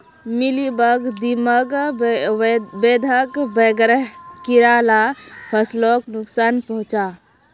mealybug, दीमक, बेधक वगैरह कीड़ा ला फस्लोक नुक्सान पहुंचाः